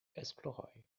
esploroj